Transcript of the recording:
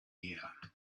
year